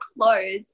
clothes